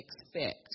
expect